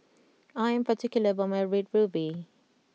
I am particular about my red ruby